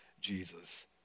Jesus